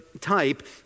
type